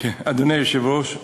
אדוני היושב-ראש,